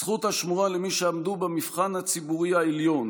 זכות השמורה למי שעמדו במבחן הציבורי העליון